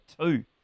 two